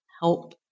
help